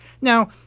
Now